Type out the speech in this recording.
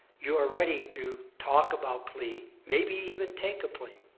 you are ready to talk about plea, maybe even take a plea.